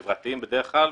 חברתיים בדרך כלל.